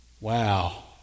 Wow